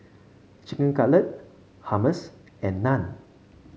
Chicken Cutlet Hummus and Naan